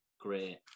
Great